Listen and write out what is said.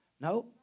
No